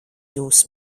jūs